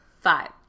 Five